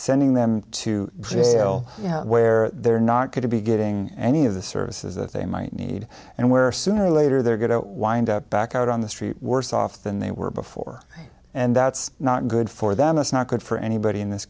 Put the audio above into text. sending them to jail where they're not going to be getting any of the services that they might need and where sooner or later they're going to wind up back out on the street worse off than they were before and that's not good for them it's not good for anybody in this